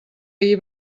ahir